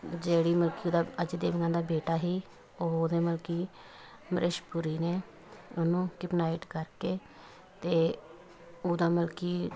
ਜਿਹੜੀ ਮਲ ਕਿ ਉਹਦਾ ਅਜੈ ਦੇਵਗਨ ਦਾ ਬੇਟਾ ਸੀ ਉਹ ਉਹਦੇ ਮਲ ਕਿ ਅਮਰਿਸ਼ ਪੁਰੀ ਨੇ ਉਹਨੂੰ ਕਿਡਨੇਟ ਕਰਕੇ ਅਤੇ ਉਹਦਾ ਮਲ ਕਿ